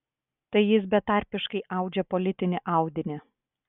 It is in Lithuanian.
tai jis betarpiškai audžia politinį audinį